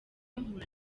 mpura